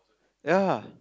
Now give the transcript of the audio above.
ya